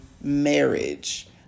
marriage